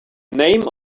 name